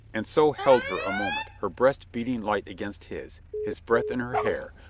and so held her a moment, her breast beating light against his, his breath in her hair,